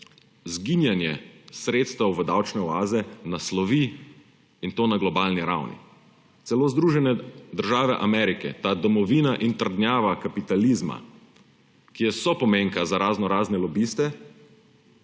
izginjanje sredstev v davčne oaze naslovi, in to na globalni ravni. Celo Združene države Amerike, ta domovina in trdnjava kapitalizma, ki je sopomenka za raznorazne lobiste,